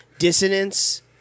dissonance